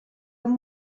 amb